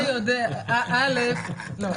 לא,